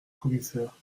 commissaire